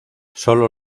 sólo